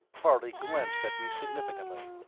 harley glanced at me significantly.